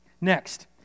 Next